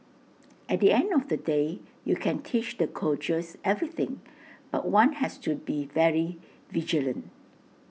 at the end of the day you can teach the coaches everything but one has to be very vigilant